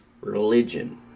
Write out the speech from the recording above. religion